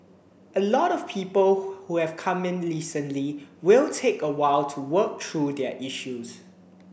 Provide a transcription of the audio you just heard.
a lot of people who have come in recently will take a while to work through their issues